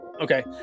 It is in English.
Okay